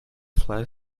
fly